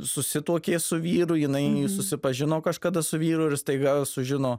susituokė su vyru jinai susipažino kažkada su vyru ir staiga sužino